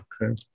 Okay